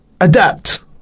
Adapt